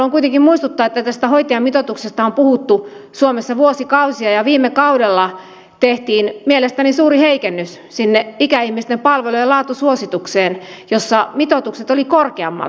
haluan kuitenkin muistuttaa että tästä hoitajamitoituksesta on puhuttu suomessa vuosikausia ja viime kaudella tehtiin mielestäni suuri heikennys sinne ikäihmisten palvelujen laatusuositukseen jossa mitoitukset olivat korkeammalla